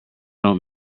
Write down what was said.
don’t